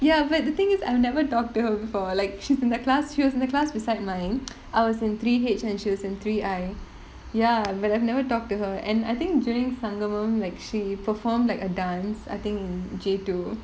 ya but the thing is I've never talk to her before like she's in the class she was in the class beside mine I was in three H and she was in three I ya but I've never talked to her and I think during Sangamam like she performed like a dance I think in J two